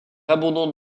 abondante